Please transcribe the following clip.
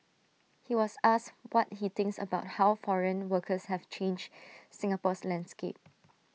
he was asked what he thinks about how foreign workers have changed Singapore's landscape